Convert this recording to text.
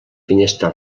finestra